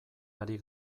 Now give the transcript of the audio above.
ari